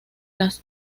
las